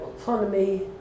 autonomy